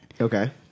Okay